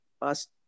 past